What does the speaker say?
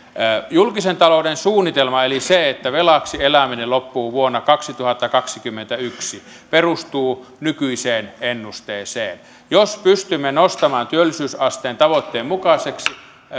julkisen talouden suunnitelma eli se että velaksi eläminen loppuu vuonna kaksituhattakaksikymmentäyksi perustuu nykyiseen ennusteeseen jos pystymme nostamaan työllisyysasteen tavoitteen mukaiseksi